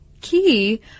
Key